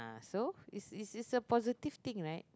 so is is is a positive thing right